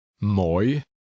Mooi